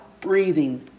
breathing